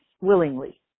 willingly